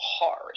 hard